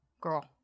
Girl